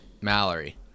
Mallory